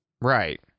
Right